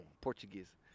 Portuguese